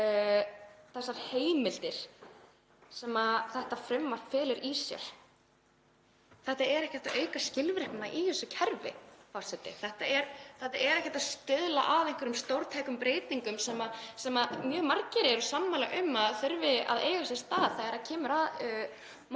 þær heimildir sem þetta frumvarp felur í sér eru ekki að auka skilvirknina í þessu kerfi, forseti. Þetta er ekkert að stuðla að einhverjum stórtækum breytingum sem mjög margir eru sammála um að þurfi að eiga sér stað þegar kemur að